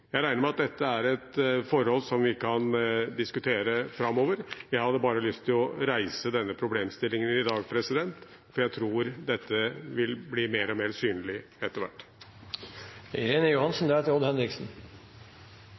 Jeg regner med at dette er et forhold som vi kan diskutere framover. Jeg hadde bare lyst til å reise denne problemstillingen i dag, for jeg tror dette vil bli mer og mer synlig etter hvert.